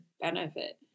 benefit